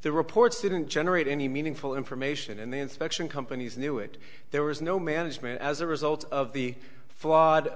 the reports didn't generate any meaningful information and the inspection companies knew it there was no management as a result of the flawed